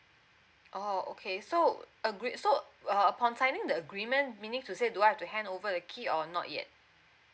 oh okay so agree so upon signing the agreement meaning to say do I have to hand over the key or not yet